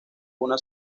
una